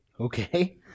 okay